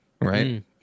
Right